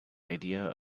idea